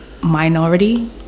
minority